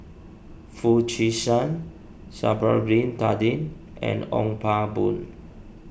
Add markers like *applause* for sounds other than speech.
Foo Chee San *unintelligible* Bin Tadin and Ong Pang Boon